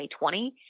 2020